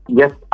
yes